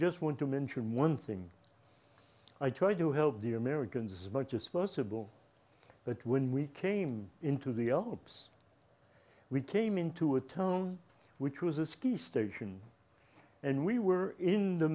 just want to mention one thing i tried to help the americans as much as possible but when we came into the arps we came into a tone which was a ski station and we were in the